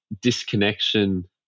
disconnection